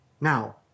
Now